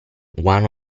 one